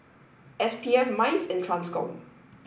S P F MICE and TRANSCOM